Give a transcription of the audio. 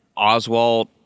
Oswald